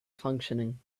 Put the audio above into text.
functioning